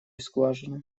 скважины